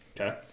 Okay